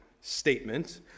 statement